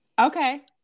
Okay